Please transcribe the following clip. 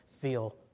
feel